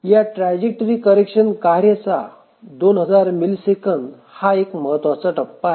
या trajectory correction कार्य चा 2000 मिलीसेकंद हा एक टप्पा आहे